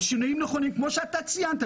ברוח שאתה ציינת,